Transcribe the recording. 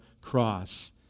cross